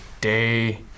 Day